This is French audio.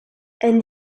elle